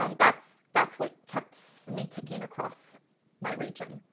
um that's, that's what kept so me ticking across my region.